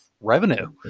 revenue